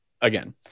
again